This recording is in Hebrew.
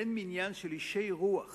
אין מניין של אישי רוח